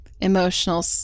emotional